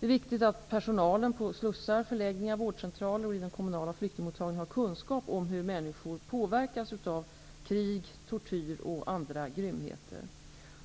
Det är viktigt att personalen på slussar, förläggningar, vårdcentraler och i den kommunala flyktingmottagningen har kunskap om hur människor påverkas av krig, tortyr och andra grymheter.